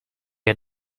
had